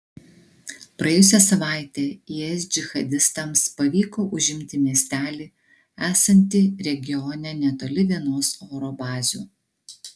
praėjusią savaitę is džihadistams pavyko užimti miestelį esantį regione netoli vienos oro bazių